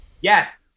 yes